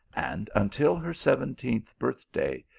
and until her seven teenth birth-day,